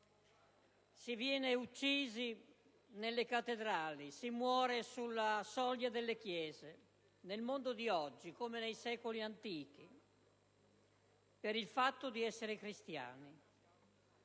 si viene uccisi nelle cattedrali, si muore sulla soglia delle chiese, nel mondo di oggi come nei secoli antichi, per il fatto di essere cristiani: